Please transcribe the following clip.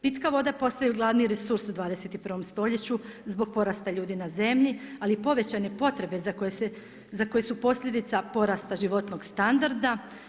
Pitka voda postaju glavni resurs u 21 stoljeću zbog porasta ljudi na zemlji, ali i povećane potrebe za koju su posljedica porasta životnog standarda.